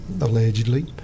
allegedly